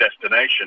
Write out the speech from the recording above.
destination